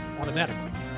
automatically